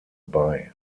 bei